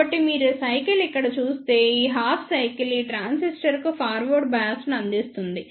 కాబట్టి మీరు ఈ సైకిల్ ఇక్కడ చూస్తే ఈ హాఫ్ సైకిల్ ఈ ట్రాన్సిస్టర్కు ఫార్వర్డ్ బయాస్ను అందిస్తుంది